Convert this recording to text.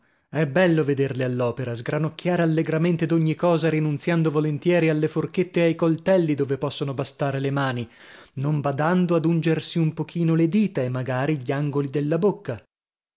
è bello vederle all'opera sgranocchiare allegramente d'ogni cosa rinunziando volentieri alle forchette e ai coltelli dove possono bastare le mani non badando ad ungersi un pochino le dita e magari gli angoli della bocca